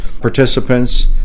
participants